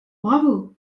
bravo